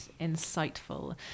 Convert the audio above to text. insightful